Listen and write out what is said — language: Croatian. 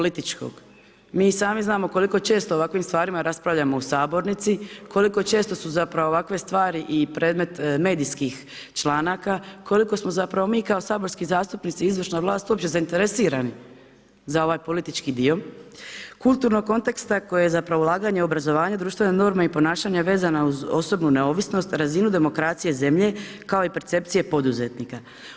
Mi i sami znamo koliko često o ovakvim stvarima raspravljamo u sabornici, koliko često su zapravo ovakve stvari i predmet medijskih članaka, koliko smo zapravo mi kao saborski zastupnici, izvršna vlast uopće zainteresirani za ovaj politički dio kulturnog konteksta koji je zapravo ulaganje u obrazovanje, društvene norme i ponašanja vezana uz osobnu neovisnost, razinu demokracije zemlje kao i percepcije poduzetnika.